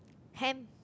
ham